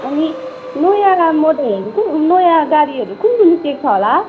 अनि नयाँ मोडलहरू नयाँ गाडीहरू कुन कुन निस्केको छ होला